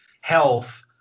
health